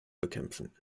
bekämpfen